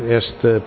esta